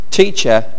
teacher